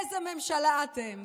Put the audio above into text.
איזו ממשלה אתם?